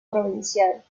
provincial